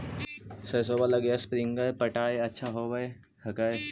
सरसोबा लगी स्प्रिंगर पटाय अच्छा होबै हकैय?